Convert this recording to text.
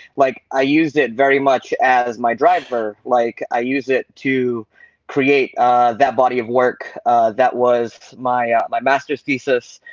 like i used it very much as my driver. like i used it to create that body of work that was my ah my master's thesis.